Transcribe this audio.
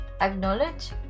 acknowledge